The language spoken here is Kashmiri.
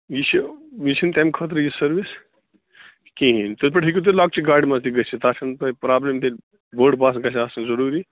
یہِ چھِ یہِ چھُنہٕ تَمہِ خٲطرٕ یہِ سٔروِس کِہیٖنٛۍ تَتہِ پٮ۪ٹھ ہیٚکِو تۄہہِ لۄکچہِ گاڑِ منٛز تہِ گٔژھِتھ تَتھ چھُنہٕ تۄہہِ پرٛابلِم تیٚلہِ بٔڈ بَس گَژھِ آسُن ضروٗری